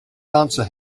answer